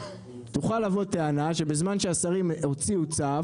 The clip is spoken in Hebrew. תוכל לבוא טענה שבזמן שהשרים הוציאו צו,